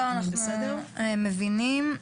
אנחנו מבינים.